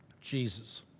Jesus